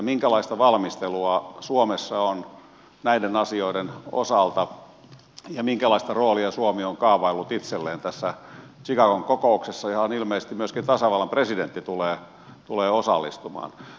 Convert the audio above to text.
minkälaista valmistelua suomessa on näiden asioiden osalta ja minkälaista roolia suomi on kaavaillut itselleen tässä chicagon kokouksessa johon ilmeisesti myöskin tasavallan presidentti tulee osallistumaan